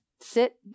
sit